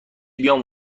بیام